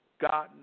gotten